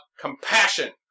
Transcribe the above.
Compassion